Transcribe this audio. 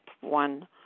one